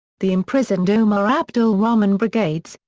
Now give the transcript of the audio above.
the imprisoned omar abdul rahman brigades,